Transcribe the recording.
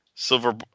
Silver